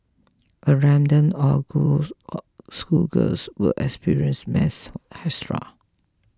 a random all girls or school girls will experience mass hysteria